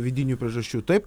vidinių priežasčių taip